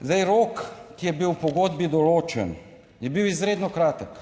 Zdaj, rok, ki je bil v pogodbi določen, je bil izredno kratek